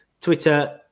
Twitter